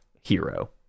hero